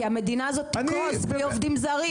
כי המדינה תקרוס בלי עובדים זרים.